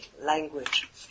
language